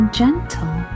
gentle